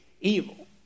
evil